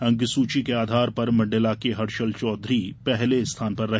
अंकसूची के आधार पर मण्डला के हर्षल चौधरी पहले स्थान पर रहे